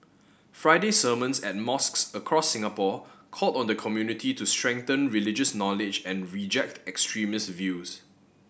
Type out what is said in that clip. Friday sermons at mosques across Singapore called on the community to strengthen religious knowledge and reject extremist views